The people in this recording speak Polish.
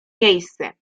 miejsce